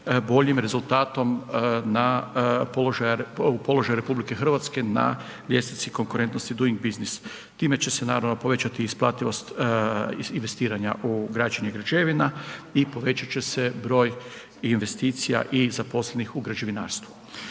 boljim rezultatom u položaju RH na ljestvici konkurentnosti Doing Business. Time će se naravno povećat i isplativost investiranje u građenje građevina i povećat će se broj investicija i zaposlenih u građevinarstvu.